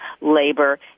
labor